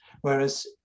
Whereas